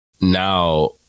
now